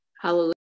Hallelujah